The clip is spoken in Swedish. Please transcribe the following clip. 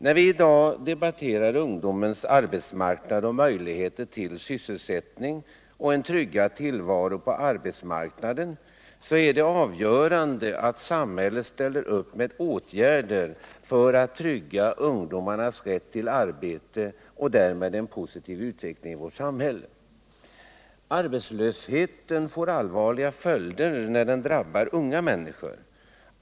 När vi i dag debatterar ungdomens arbetsmarknad och möjligheter till sysselsättning och en tryggad tillvaro på arbetsmarknaden är det avgörande att samhället ställer upp med åtgärder för att trygga ungdomarnas rätt till arbete och därmed möjliggör en positiv utveckling i vårt samhälle. Arbetslösheten får allvarliga följder när den drabbar unga människor.